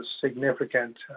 significant